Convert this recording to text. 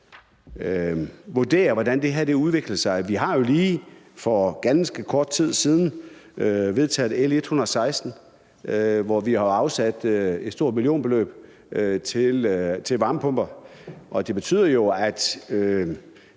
og se, hvordan det her udvikler sig. Vi har jo lige for ganske kort tid siden vedtaget L 116, hvor vi har afsat et stort millionbeløb til varmepumper. Og det betyder jo, at